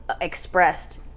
expressed